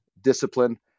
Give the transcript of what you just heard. discipline